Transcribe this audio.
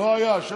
לא היה.